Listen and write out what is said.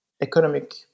economic